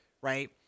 right